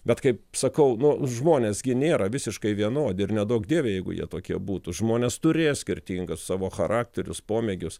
bet kaip sakau nu žmonės gi nėra visiškai vienodi ir neduok dieve jeigu jie tokie būtų žmonės turės skirtingas savo charakterius pomėgius